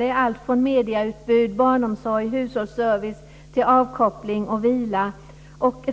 Det är alltifrån medieutbud, barnomsorg och hushållsservice till avkoppling och vila.